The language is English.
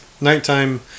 nighttime